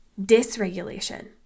dysregulation